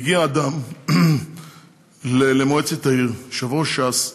והגיע אדם למועצת העיר, יושב-ראש ש"ס,